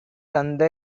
தந்த